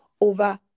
over